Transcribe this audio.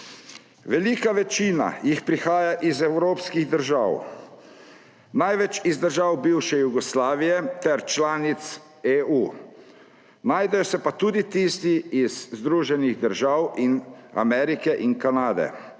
Velika večina jih prihaja iz evropskih držav, največ iz držav bivše Jugoslavije ter članic EU, najdejo se pa tudi tisti iz Združenih držav Amerike in Kanade